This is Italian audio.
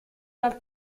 dal